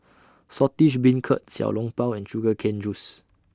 Saltish Beancurd Xiao Long Bao and Sugar Cane Juice